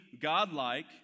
God-like